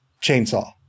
chainsaw